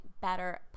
better